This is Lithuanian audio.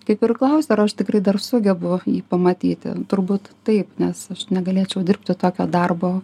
kaip ir klausi ar aš tikrai dar sugebu jį pamatyti turbūt taip nes aš negalėčiau dirbti tokio darbo